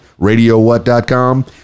radiowhat.com